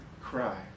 cry